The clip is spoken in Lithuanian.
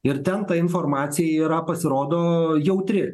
ir ten ta informacija yra pasirodo jautri